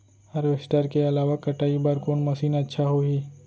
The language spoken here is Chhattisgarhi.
हारवेस्टर के अलावा कटाई बर कोन मशीन अच्छा होही?